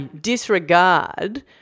disregard